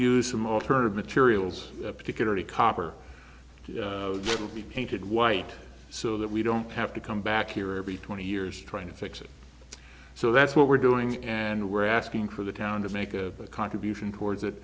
use some alternative materials particularly copper will be painted white so that we don't have to come back here every twenty years trying to fix it so that's what we're doing and we're asking for the town to make a contribution towards